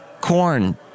corn